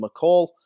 McCall